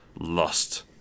Lust